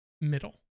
middle